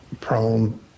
prone